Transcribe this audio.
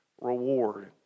reward